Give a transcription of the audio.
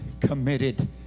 committed